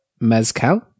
Mezcal